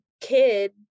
kid